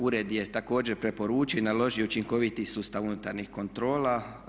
Ured je također preporučio i naložio učinkoviti sustav unutarnjih kontrola.